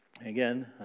again